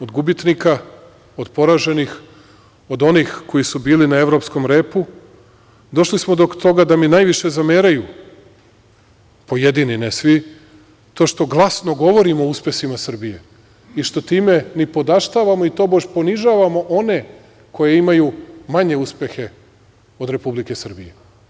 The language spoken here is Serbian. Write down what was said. Od gubitnika, od poraženih, od onih koji su bili na evropskom repu, došli smo do toga da mi najviše zameraju, pojedini, ne svi, to što glasno govorim o uspesima Srbije i što time nipodaštavamo i tobož ponižavamo one koji imaju manje uspehe od Republike Srbije.